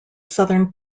southern